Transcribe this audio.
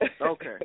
Okay